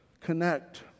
connect